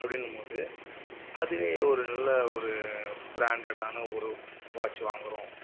அப்படின்னும்போது அதுவே ஒரு நல்ல ஒரு பிராண்டட்டான ஒரு வாட்ச் வாங்கிறோம்